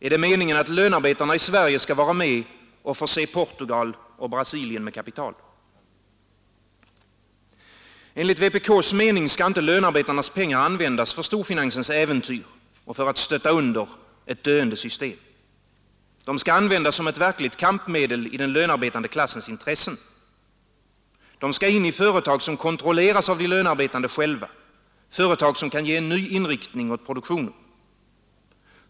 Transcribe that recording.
Är det meningen att lönarbetarna i Sverige skall vara med och förse Portugal och Brasilien med kapital? Enligt vpk:s mening skall inte lönarbetarnas pengar användas för storfinansens äventyr och för att stötta under ett döende system. Det skall användas som ett verkligt kampmedel i den lönarbetande klassens intressen. De skall in i företag som kontrolleras av de lönarbetande själva, företag som kan ge ny inriktning åt produktionen.